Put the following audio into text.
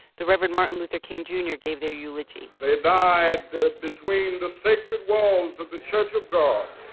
the reverend martin luther king jr. gave their eulogy they died between the sacred walls of the church of god.